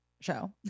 show